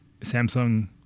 Samsung